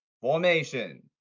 formation